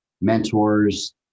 mentors